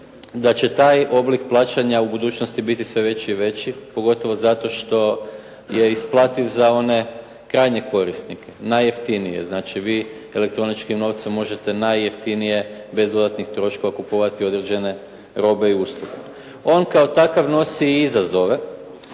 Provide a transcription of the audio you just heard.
da će taj oblik plaćanja u budućnosti biti sve veći i veći pogotovo zato što je isplativ za one krajnje korisnike, najjeftinije, znači vi elektroničnim novcem možete najjeftinije bez dodatnih troškova kupovati određene robe i usluge. On kao takav nosi izazove